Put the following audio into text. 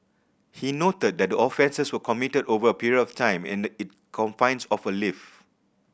he noted that the offences were committed over a period of time and in confines of a lift